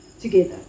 together